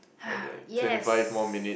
yes